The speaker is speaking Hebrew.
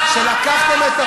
את רוצה תשובה?